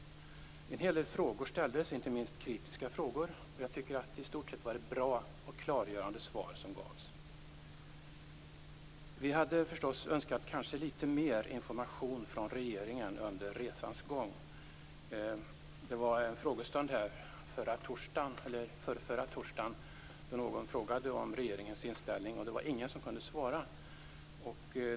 En hel del frågor ställdes, inte minst kritiska. Jag tycker att det i stort sett var bra och klargörande svar som gavs. Vi hade förstås önskat litet mer information från regeringen under resans gång. Under frågestunden förförra torsdagen frågade någon om regeringens inställning. Det var ingen som kunde svara.